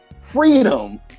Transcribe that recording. freedom